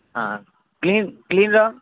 ହଁ କ୍ଲିନ୍ କ୍ଲିନ୍ର